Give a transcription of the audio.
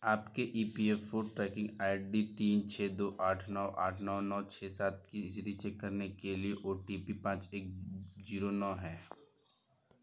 आपके E P F O tracking I D तीन छः दो आठ नौ आठ नौ नौ छः सात की स्थिति चेक करने के लिए ओ टी पी पाँच एक जीरो नौ है